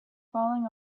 falling